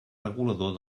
regulador